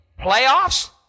Playoffs